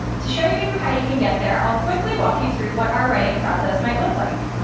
to show you how you can get there, i'll quickly walk you through what our writing process might look like.